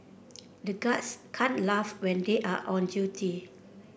the guards can't laugh when they are on duty